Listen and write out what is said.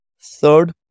Third